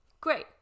Great